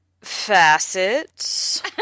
facets